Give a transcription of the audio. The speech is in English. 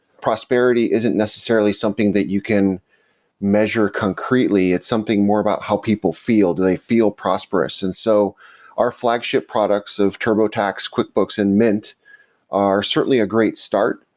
prosperity isn't necessarily something that you can measure concretely. it's something more about how people feel. do they feel prosperous? and so our flagship products of turbotax, quickbooks and mint are certainly a great start.